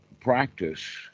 practice